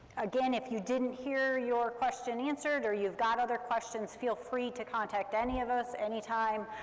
again, if you didn't hear your question answered, or you've got other questions, feel free to contact any of us, any time.